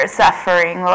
suffering